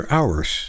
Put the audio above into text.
Hours